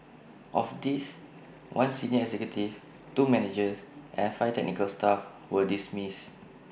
of these one senior executive two managers and five technical staff were dismissed